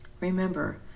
Remember